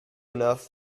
enough